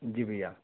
जी भइया